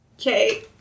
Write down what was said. Okay